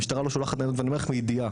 המשטרה לא שולחת ואני אומר לך מידיעה,